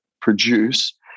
produce